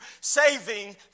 saving